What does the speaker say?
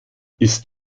ist